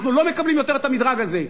אנחנו לא מקבלים יותר את המדרג הזה,